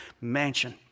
mansion